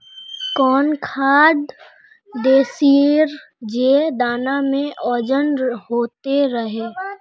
कौन खाद देथियेरे जे दाना में ओजन होते रेह?